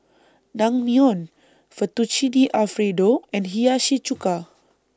Naengmyeon Fettuccine Alfredo and Hiyashi Chuka